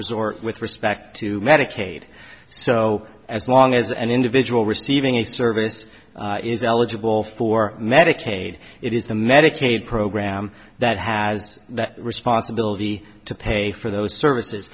resort with respect to medicaid so as long as an individual receiving a service is eligible for medicaid it is the medicaid program that has the responsibility to pay for those services